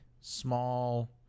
small